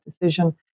decision